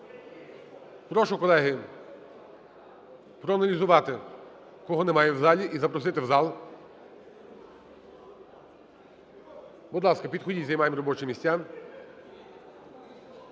Прошу колеги проаналізувати, кого немає в залі, і запросити в зал. Будь ласка, підходьте і займайте робочі місця.